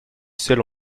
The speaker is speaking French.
sel